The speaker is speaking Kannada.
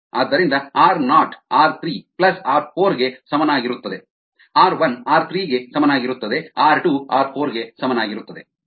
ಆದ್ದರಿಂದ R naught R 3 plus R 4 ಗೆ ಸಮನಾಗಿರುತ್ತದೆ ಆರ್ 1 ಆರ್ 3 ಗೆ ಸಮನಾಗಿರುತ್ತದೆ ಆರ್ 2 ಆರ್ 4 ಗೆ ಸಮನಾಗಿರುತ್ತದೆ